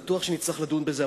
בטוח שנצטרך לדון בזה,